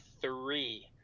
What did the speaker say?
three